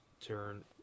turn